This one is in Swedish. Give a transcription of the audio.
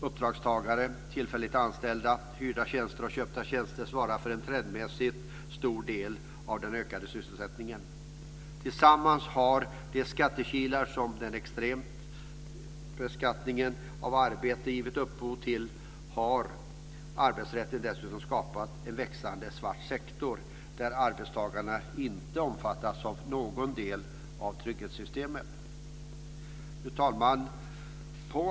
Uppdragstagare, tillfälligt anställda, hyrda tjänster och köpta tjänster svarar för en trendmässigt stor del av den ökade sysselsättningen. Tillsammans med de skattekilar som den extrema beskattningen av arbete har gett upphov till har arbetsrätten dessutom skapat en växande svart sektor där arbetstagarna inte omfattas av någon del av trygghetssystemen. Fru talman!